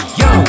yo